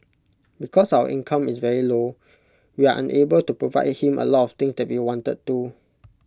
because our income is very low we are unable to provide him A lot of things that we wanted to